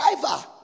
driver